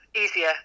easier